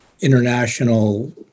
international